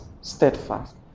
Steadfast